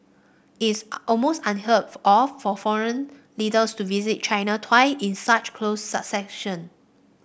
it's almost unheard of for foreign leaders to visit China twice in such close succession